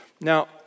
Now